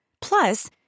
Plus